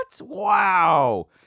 Wow